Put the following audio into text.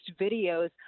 videos